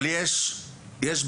אבל יש בעיות,